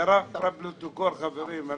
רק לפרוטוקול, חברים.